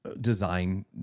design